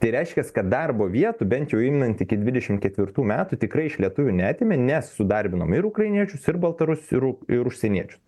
tai reiškias kad darbo vietų bent jau imnant iki dvidešim ketvirtų metų tikrai iš lietuvių neatėmė nes sudarbinom ir ukrainiečius ir baltarus ir u ir užsieniečius